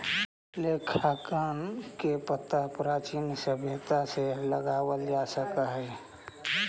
लेखांकन के पता प्राचीन सभ्यता से लगावल जा सकऽ हई